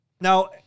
Now